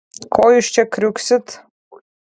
ko jūs čia kriuksit